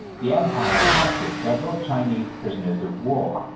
the empire captured several chinese prisoners of war.